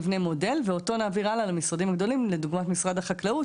נבנה מודל ואותו נעביר למשרדים השונים דוגמת משרד החקלאות